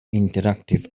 interactive